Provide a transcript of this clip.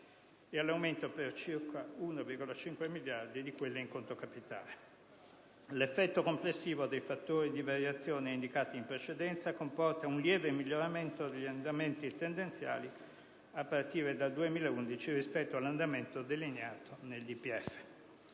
ed all'aumento, per circa 1,5 miliardi di euro, di quelle in conto capitale. L'effetto complessivo dei fattori di variazione indicati in precedenza comporta un lieve miglioramento degli andamenti tendenziali a partire dal 2011 rispetto all'andamento delineato nel DPEF.